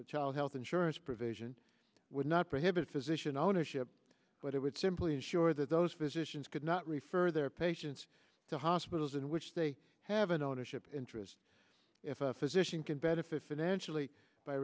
a child health insurance provision would not prohibit physician ownership but it would simply ensure that those physicians could not refer their patients to hospitals in which they have an ownership interest if a physician can benefit financially by